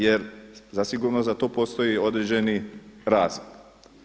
Jer zasigurno za to postoji određeni razlog.